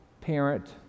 parent